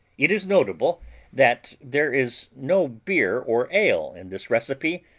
it is notable that there is no beer or ale in this recipe,